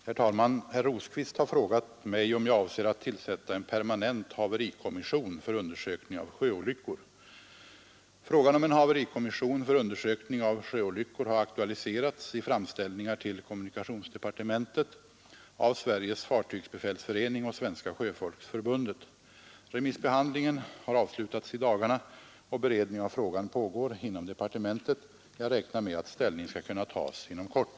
Herr talman! Herr Rosqvist har frågat mig om jag avser att tillsätta en permanent haverikom mission för undersökning av sjöolyckor. Frågan om en haverikommission för undersökning av sjöolyckor har aktualiserats i framställningar till kommunikationsdepartementet av Sveriges fartygsbefälsförening och Svenska sjöfolksförbundet. Remissbehandlingen har avslutats i dagarna och beredning av frågan pågår inom departementet. Jag räknar med att ställning skall kunna tas inom kort.